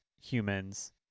humans